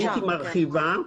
הייתי מרחיבה.